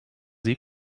sie